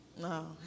No